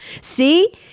see